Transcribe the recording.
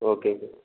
okay sir